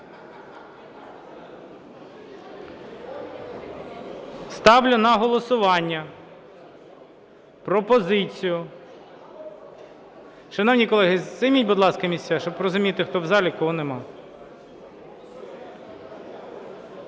Ставлю на голосування пропозицію… Шановні колеги, займіть, будь ласка, місця, щоб розуміти хто в залі, кого немає.